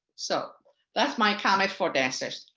so that's my comment for dancers.